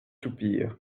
soupir